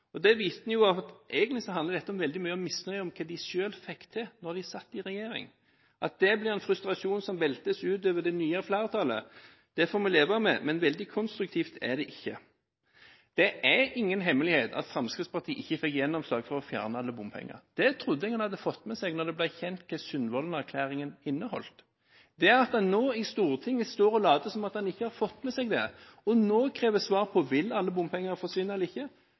Det viser at dette egentlig handler veldig mye om misnøye med hva de selv fikk til da de satt i regjering. At det blir en frustrasjon som veltes utover det nye flertallet, får vi leve med, men veldig konstruktivt er det ikke. Det er ingen hemmelighet at Fremskrittspartiet ikke får gjennomslag for å fjerne alle bompenger. Det trodde jeg man hadde fått med seg da det ble kjent hva Sundvolden-erklæringen inneholdt. Nå står man i Stortinget og later som om man ikke har fått det med seg, og krever svar på om alle bompenger vil forsvinne eller ikke.